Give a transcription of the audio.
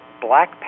black